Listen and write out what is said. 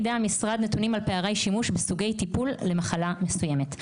המשרד נתונים על פערי שימוש בסוגי טיפול למחלה מסוימת.